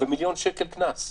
ומיליון שקל קנס.